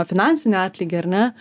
finansinį atlygį ar ne